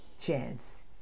chance